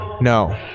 No